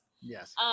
yes